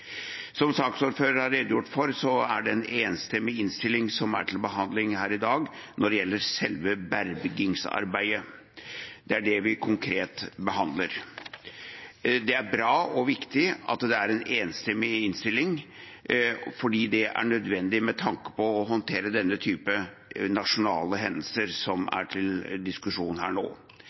Som saksordføreren har redegjort for, er det en enstemmig innstilling som er til behandling her i dag når det gjelder selve bergingsarbeidet. Det er det vi konkret behandler. Det er bra og viktig at det er en enstemmig innstilling; det er nødvendig med tanke på å håndtere den typen nasjonale hendelser som er til diskusjon nå.